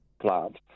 plant